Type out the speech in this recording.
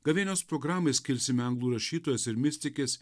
gavėnios programai skirsime anglų rašytojas ir mistikės